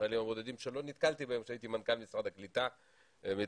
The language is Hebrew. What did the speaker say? מתן מענקי הדיור לעולים יוצאי אתיופיה הנמצאים במרכזי הקליטה.